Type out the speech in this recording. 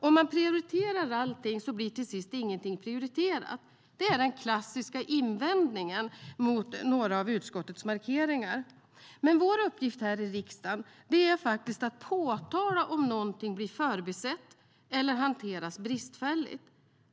Om man prioriterar allting blir till sist ingenting prioriterat. Det är den klassiska invändningen mot några av utskottets markeringar. Men vår uppgift här i riksdagen är att påtala om någonting blir förbisett eller hanteras bristfälligt.